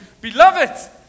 Beloved